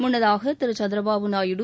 முன்னதாக திரு சந்திரபாபு நாயுடு